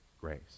grace